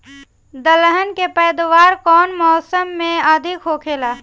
दलहन के पैदावार कउन मौसम में अधिक होखेला?